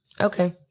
Okay